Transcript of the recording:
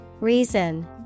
Reason